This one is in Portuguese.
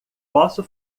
posso